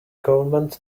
government